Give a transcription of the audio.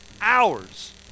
hours